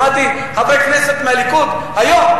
שמעתי חברי כנסת מהליכוד היום,